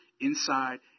inside